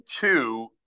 two